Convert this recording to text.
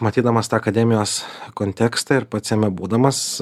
matydamas tą akademijos kontekstą ir pats jame būdamas